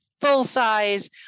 full-size